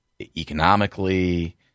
economically